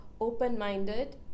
open-minded